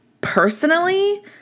personally